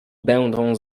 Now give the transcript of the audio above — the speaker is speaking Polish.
będą